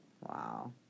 Wow